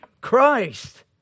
Christ